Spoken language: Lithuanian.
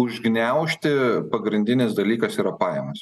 užgniaužti pagrindinis dalykas yra pajamas